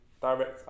direct